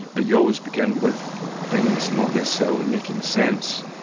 but you always begin with things not necessarily making sense,